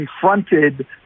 confronted